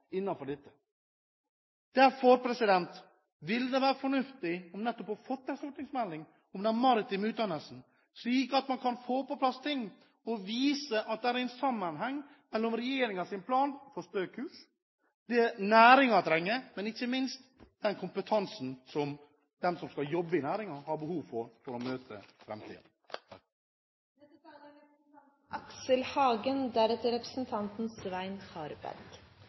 vil det være fornuftig om vi fikk en stortingsmelding om den maritime utdannelsen, slik at man får på plass ting – vise at det er en sammenheng mellom regjeringens plan Stø kurs, det næringen trenger, og ikke minst den kompetansen som de som skal jobbe i næringen, har behov for – for å møte